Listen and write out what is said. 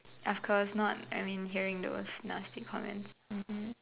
of course not I mean hearing those nasty comments mmhmm